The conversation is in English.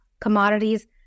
commodities